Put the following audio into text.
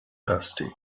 thirsty